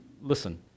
Listen